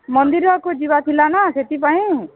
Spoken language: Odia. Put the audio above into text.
ମନ୍ଦିରକୁ ଯିବାର ଥିଲାନା ସେଥିପାଇଁ